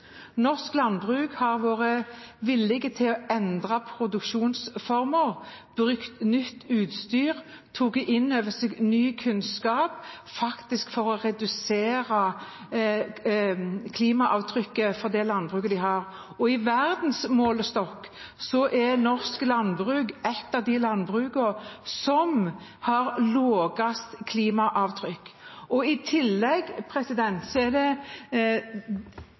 Norsk landbruk har vært villig til å endre produksjonsformer, brukt nytt utstyr, tatt inn over seg ny kunnskap for å redusere klimaavtrykket fra det landbruket de har. I verdensmålestokk er norsk landbruk blant dem med lavest klimaavtrykk. I tillegg er det av de landbrukene som har best dyrevelferd og